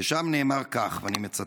ושם נאמר כך, ואני מצטט: